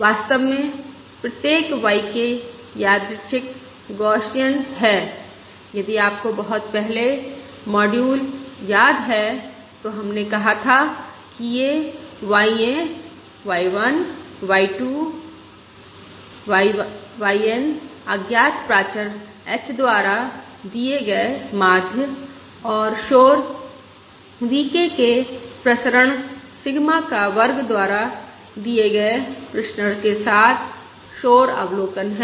वास्तव में प्रत्येक y k यादृच्छिक गौसियन है यदि आपको बहुत पहले मॉड्यूल याद है तो हमने कहा था कि ये y येँ y 1 y 2 1 y n अज्ञात प्राचर h द्वारा दिए गए माध्य और शोर V k के प्रसरण सिग्मा का वर्ग द्वारा दिए गए प्रसरण के साथ शोर अवलोकन हैं